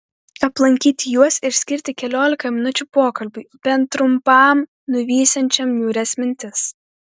aplankyti juos ir skirti keliolika minučių pokalbiui bent trumpam nuvysiančiam niūrias mintis